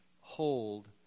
hold